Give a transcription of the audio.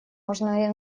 можно